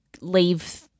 leave